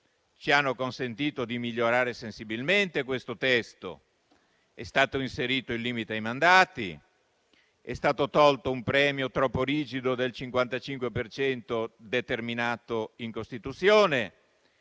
ci hanno consentito di migliorare sensibilmente questo testo. È stato inserito il limite ai mandati ed è stato tolto un premio troppo rigido del 55 per cento determinato in Costituzione.